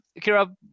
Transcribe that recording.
Kira